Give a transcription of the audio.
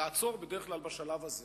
לעצור בדרך כלל בשלב הזה,